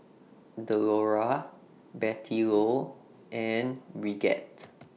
Delora Bettylou and Brigette